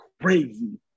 crazy